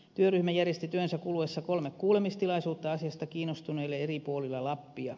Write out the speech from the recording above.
työryhmä järjesti työnsä kuluessa kolme kuulemistilaisuutta asiasta kiinnostuneille eri puolilla lappia